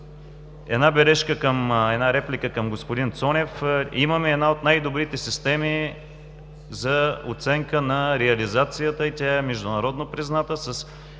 Една бележка към една реплика – към господин Цонев, имаме една от най-добрите системи за оценка на реализацията и тя е международно призната, с